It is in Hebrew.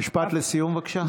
משפט לסיום, בבקשה.